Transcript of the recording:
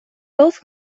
both